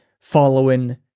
following